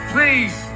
Please